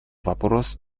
вопрос